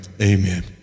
amen